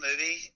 movie